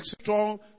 strong